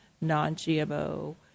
non-GMO